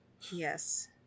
Yes